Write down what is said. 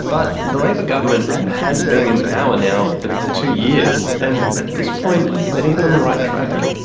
but the labor government has been in power now for two years, and at this point is it even on the right track?